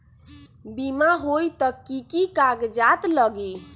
बिमा होई त कि की कागज़ात लगी?